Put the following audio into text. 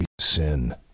sin